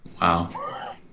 Wow